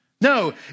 No